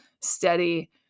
steady